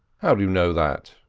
how do you know that?